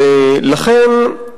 ולכן,